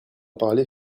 parlez